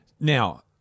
Now